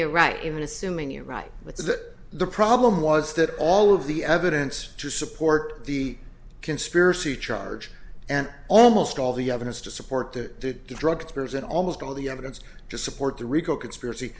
you're right it's that the problem was that all of the evidence to support the conspiracy charge and almost all the evidence to support the drug dealers and almost all the evidence to support the rico conspiracy